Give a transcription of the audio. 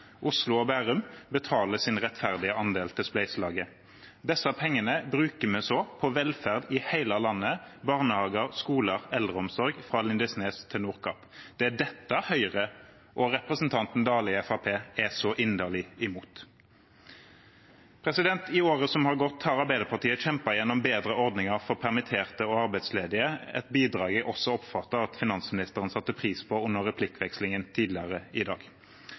og Bærum, betaler sin rettferdige andel til spleiselaget. Disse pengene bruker vi så på velferd i hele landet, til barnehager, skoler og eldreomsorg, fra Lindesnes til Nordkapp. Det er dette Høyre og representanten Jon Georg Dale, fra Fremskrittspartiet, er så inderlig imot. I året som har gått, har Arbeiderpartiet kjempet igjennom bedre ordninger for permitterte og arbeidsledige – et bidrag jeg under replikkvekslingen tidligere i dag oppfattet at også finansministeren satte pris på.